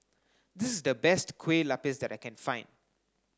this is the best Kuih Lopes that I can find